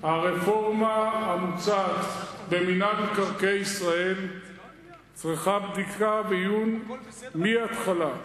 הרפורמה המוצעת במינהל מקרקעי ישראל צריכה בדיקה ועיון מההתחלה.